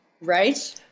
Right